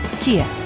Kia